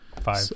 five